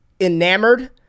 enamored